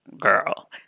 Girl